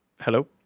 Hello